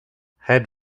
head